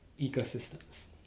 ecosystems